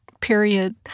period